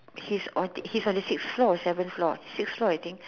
he's on the he's on the sixth floor or seven floor six floor I think